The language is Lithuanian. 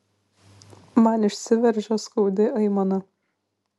man išsiveržia skaudi aimana